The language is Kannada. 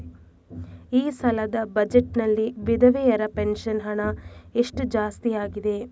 ಈ ಸಲದ ಬಜೆಟ್ ನಲ್ಲಿ ವಿಧವೆರ ಪೆನ್ಷನ್ ಹಣ ಎಷ್ಟು ಜಾಸ್ತಿ ಆಗಿದೆ?